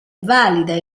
valida